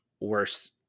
worse